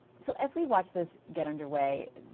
so as we watch this get under way,